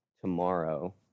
tomorrow